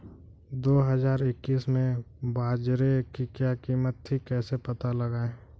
दो हज़ार इक्कीस में बाजरे की क्या कीमत थी कैसे पता लगाएँ?